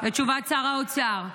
את תשובת שר האוצר.